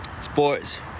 sports